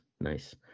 nice